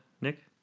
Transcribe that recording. Nick